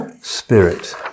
spirit